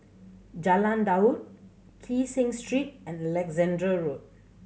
Jalan Daud Kee Seng Street and Alexandra Road